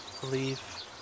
believe